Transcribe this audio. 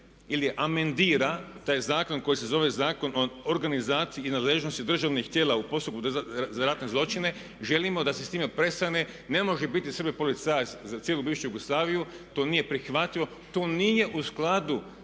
ili amendira taj zakon koji se zove Zakon o organizaciji i nadležnosti državnih tijela u postupku za ratne zločine. Želimo da se s time prestane. Ne može biti Srbija policajac za cijelu bivšu Jugoslaviju, to nije prihvatljivo, to nije u skladu